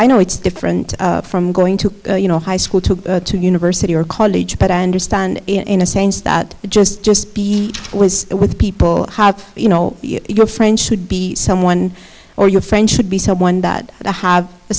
i know it's different from going to you know high school took to university or college but i understand in a sense that just just be was with people you know your friends should be someone or your friend should be someone that i have the